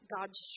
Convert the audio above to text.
God's